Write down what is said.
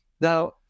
now